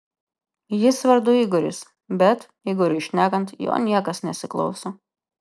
jis vardu igoris bet igoriui šnekant jo niekas nesiklauso